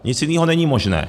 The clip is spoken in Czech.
Nic jiného není možné.